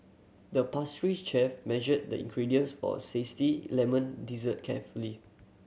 the pastry chef measured the ingredients for a zesty lemon dessert carefully